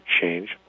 change